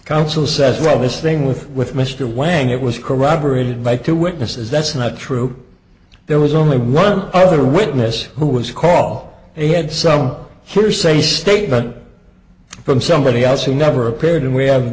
counsel says well this thing with with mr wang it was corroborated by two witnesses that's not true there was only one other witness who was call and he had some hearsay statement from somebody else who never appeared and we have